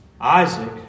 Isaac